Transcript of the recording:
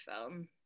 film